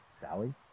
Sally